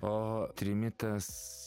o trimitas